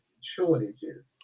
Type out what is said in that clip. shortages